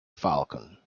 falcon